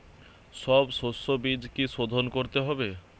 সব শষ্যবীজ কি সোধন করতে হবে?